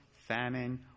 famine